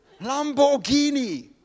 lamborghini